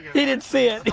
he didn't see it.